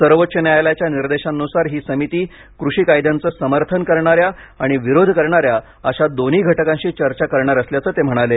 सर्वोच्च न्यायालयाच्या निर्देशांनुसार ही समिती कृषी कायद्यांचे समर्थन करणाऱ्या आणि विरोध करणाऱ्या अशा दोन्ही घटकांशी चर्चा करणार असल्याचं ते म्हणाले